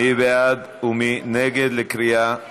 מי בעד ומי נגד לקריאה שלישית?